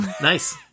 nice